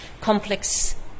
complex